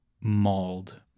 mauled